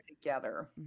together